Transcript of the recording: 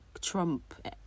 trump